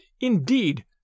indeed